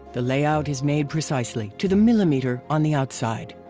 the layout is made precisely, to the millimeter on the outside.